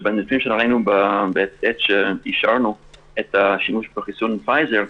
שבניסויים בעת שאישרנו את השימוש בחיסון פייזר,